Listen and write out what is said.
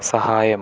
സഹായം